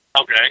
Okay